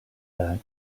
that